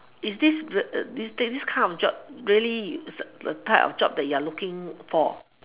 is this this kind of job really the kind of job you're looking for